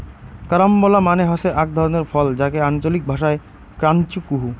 carambola মানে হসে আক ধরণের ফল যাকে আঞ্চলিক ভাষায় ক্রাঞ্চ কুহ